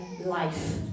life